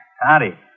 Howdy